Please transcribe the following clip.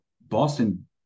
Boston